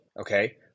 Okay